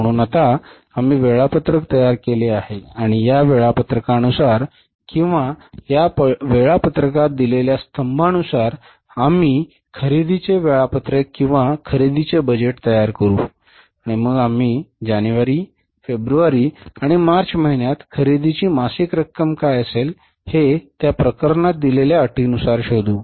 म्हणून आता आम्ही वेळापत्रक तयार केले आहे आणि या वेळापत्रकानुसार किंवा या वेळापत्रकात दिलेल्या स्तंभांनुसार आम्ही खरेदीचे वेळापत्रक किंवा खरेदीचे बजेट तयार करू आणि मग आम्ही जानेवारी फेब्रुवारी आणि मार्च महिन्यात खरेदीची मासिक रक्कम काय असेल हे त्या प्रकरणात दिलेल्या अटीनुसार शोधु